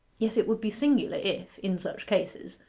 yet it would be singular if, in such cases,